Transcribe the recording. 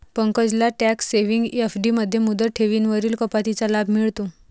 पंकजला tax saving FD मध्ये मुदत ठेवींवरील कपातीचा लाभ मिळतो